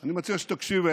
אני מציע שתקשיב,